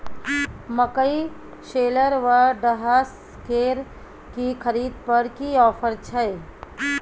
मकई शेलर व डहसकेर की खरीद पर की ऑफर छै?